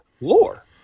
lore